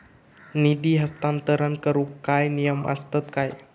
निधी हस्तांतरण करूक काय नियम असतत काय?